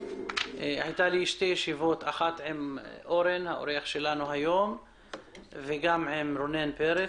היו לנו שתי ישיבות אחת עם אורן ואחת עם רונן פרץ,